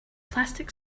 plastic